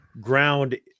ground